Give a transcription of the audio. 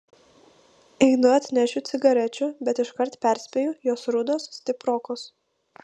einu atnešiu cigarečių bet iškart perspėju jos rudos stiprokos